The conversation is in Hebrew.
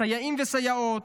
סייעים וסייעות,